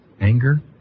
anger